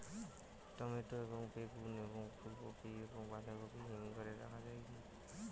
Tomato এবং বেগুন এবং ফুলকপি এবং বাঁধাকপি হিমঘরে রাখা যায় কি?